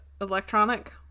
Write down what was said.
electronic